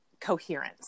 coherence